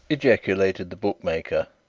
ejaculated the bookmaker,